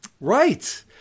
Right